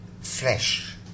flesh